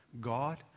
God